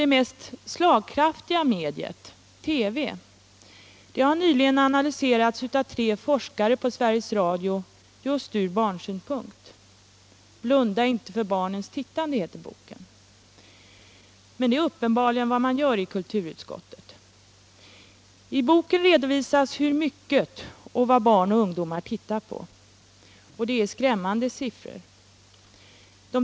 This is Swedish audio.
Det mest slagkraftiga mediet — TV — har nyligen analyserats från barnsynpunkt av tre forskare på Sveriges Radio. Deras bok heter Blunda inte för barnens tittande. Men det är uppenbarligen vad man gör i kulturutskottet. I boken redovisas hur mycket barn och ungdomar tittar på TV och vad de tittar på. Det är skrämmande siffror.